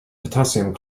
potassium